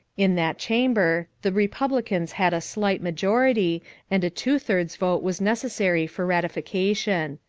in that chamber the republicans had a slight majority and a two-thirds vote was necessary for ratification.